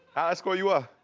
i score you up.